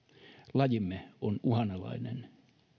lajimme on uhanalainen